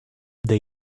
they